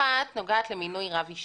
אחת נוגעת למינוי רב יישוב,